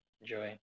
enjoy